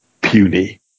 puny